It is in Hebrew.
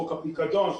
חוק הפיקדון,